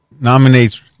nominates